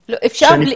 אותם.